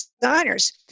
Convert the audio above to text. designers